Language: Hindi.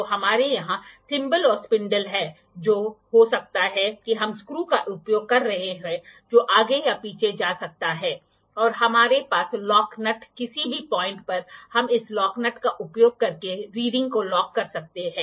तो हमारे यहां थिम्बल या स्पिंडल है जो हो सकता है कि हम स्क्रू का उपयोग कर रहे हैं जो आगे या पीछे जा सकता है और हमारे पास लॉक नट किसी भी पाॅइंट पर हम इस लॉक नट का उपयोग करके रीडिंग को लॉक कर सकते हैं